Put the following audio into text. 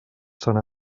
sant